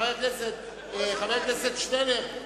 חבר הכנסת שנלר,